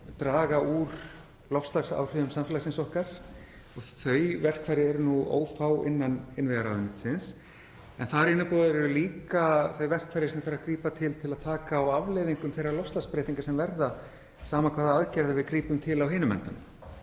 draga úr loftslagsáhrifum samfélagsins okkar. Þau verkfæri eru ófá innan innviðaráðuneytisins en þar eru líka þau verkfæri sem þarf að grípa til til að taka á afleiðingum þeirra loftslagsbreytinga sem verða, sama hvaða aðgerða við grípum til á hinum endanum.